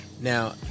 Now